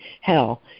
hell